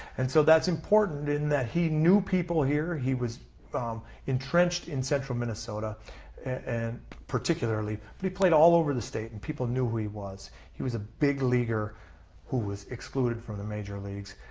and so that's important in that he knew people here, he was entrenched in central minnesota and particularly. but he played all over the state and people knew he was. he was a big leaguer who was excluded from the major leagues.